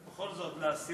כפי שכבר נאמר,